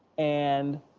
and